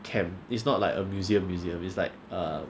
camp it's not like a museum museum it's like a